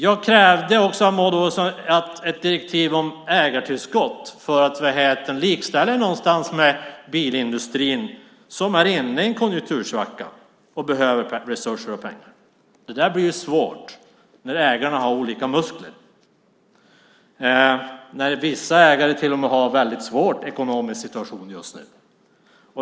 Jag krävde av Maud Olofsson ett direktiv om ägartillskott, att likställa med den bilindustri som är inne i en konjunktursvacka och behöver resurser och pengar. Det blir svårt när ägarna har olika muskler. Vissa ägare har till och med en svår ekonomisk situation just nu.